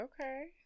okay